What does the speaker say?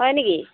হয় নেকি